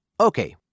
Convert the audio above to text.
Okay